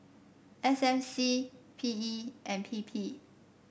S M C P E and P P